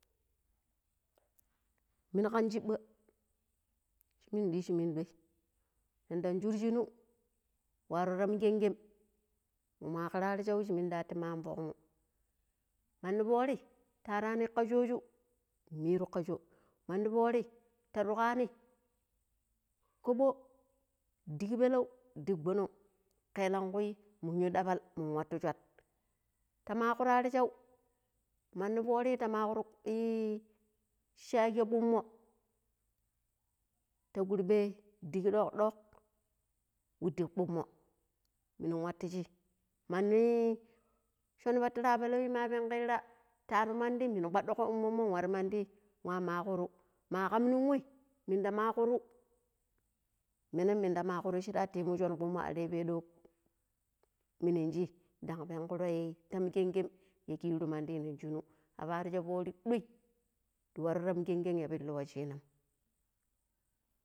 muni kan shiɓa shi muni ɗiiji ɗuai nida shur shunnu warr tamgengem munwa karu arsha shi munda ti man fuk mu mandi fori ta arani ka show shu miru ka show mandi fori ta rugani kobo digi pelau digi gwanon keelakui mu yi dabal mun watu shaut ta makuru arshau mandi fori ta makuru shage kumo ta kurbe dige duak duak wa digi kummo munin wato shi man shon patirapelau ma pengirra ta atu mandi muni kwadugo imomoi wari mandi wa makuru ma kam ni wai madi makuru menan munda maƙuru shira ti yi mu shon kommo are peɗau minin shee dan pengroi temgenge ya kiru mandi nin shunu aparo sha fori duai di waru temgengem ya pilu washina